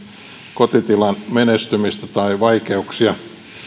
kotitilan menestymistä tai vaikeuksia